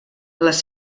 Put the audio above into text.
les